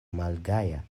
malgaja